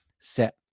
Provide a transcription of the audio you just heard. set